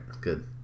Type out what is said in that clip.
good